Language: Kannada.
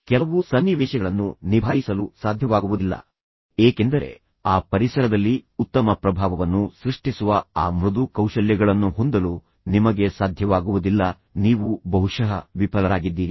ನೀವು ಕೆಲವು ಸನ್ನಿವೇಶಗಳನ್ನು ನಿಭಾಯಿಸಲು ಸಾಧ್ಯವಾಗುವುದಿಲ್ಲ ಅದು ಏಕೆಂದರೆ ಆ ಪರಿಸರದಲ್ಲಿ ಉತ್ತಮ ಪ್ರಭಾವವನ್ನು ಸೃಷ್ಟಿಸುವ ಆ ಮೃದು ಕೌಶಲ್ಯಗಳನ್ನು ಹೊಂದಲು ನಿಮಗೆ ಸಾಧ್ಯವಾಗುವುದಿಲ್ಲ ನೀವು ಬಹುಶಃ ವಿಫಲರಾಗಿದ್ದೀರಿ